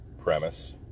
premise